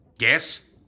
Yes